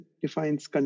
defines